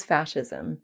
Fascism